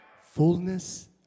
fullness